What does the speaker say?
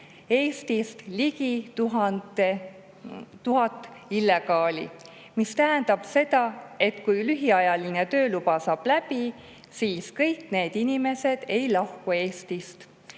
Eestist ligi 1000 illegaali, mis tähendab seda, et kui lühiajaline tööluba saab läbi, siis kõik need inimesed ei lahku Eestist,